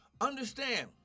Understand